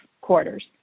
quarters